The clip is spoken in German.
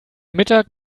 mittag